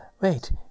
Wait